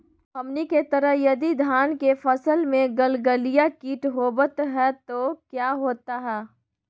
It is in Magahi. हमनी के तरह यदि धान के फसल में गलगलिया किट होबत है तो क्या होता ह?